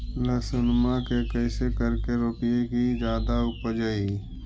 लहसूनमा के कैसे करके रोपीय की जादा उपजई?